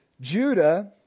Judah